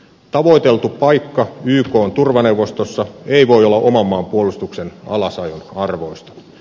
tavoiteltu paikka ykn turvaneuvostossa ei voi olla oman maan puolustuksen alasajon arvoista